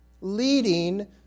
leading